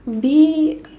be